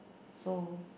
so